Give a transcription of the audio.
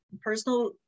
personal